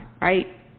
right